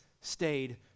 stayed